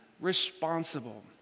responsible